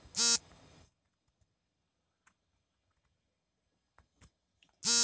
ನನ್ನ debit card ಅವಧಿ ಮುಗಿದಿದೆ ಹೊಸ ಡೆಬಿಟ್ ಕಾರ್ಡ್ ಪಡೆಯಲು ಏನು ಮಾಡಬೇಕು ಹಾಗೂ ಇದಕ್ಕೆ ಶುಲ್ಕವೇನು?